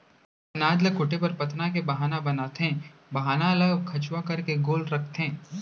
अनाज ल कूटे बर पथना के बाहना बनाथे, बाहना ल खंचवा करके गोल रखथें